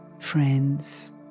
friends